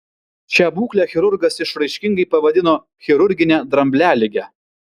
šią būklę chirurgas išraiškingai pavadino chirurgine dramblialige